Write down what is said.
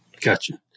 Gotcha